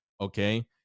Okay